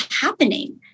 happening